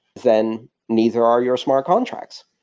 then neither are your smart contracts.